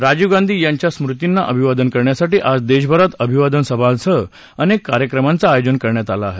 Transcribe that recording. राजीव गांधी यांच्या स्मृतींना अभिवादन करण्यासाठी आज देशभरात अभिवादन सभांसह अनेक कार्यक्रमांचं आयोजन करण्यात आलं आहे